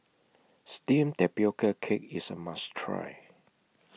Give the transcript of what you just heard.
Steamed Tapioca Cake IS A must Try